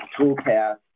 toolpath